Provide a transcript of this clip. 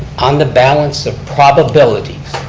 on the balance of probability,